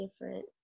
different